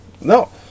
No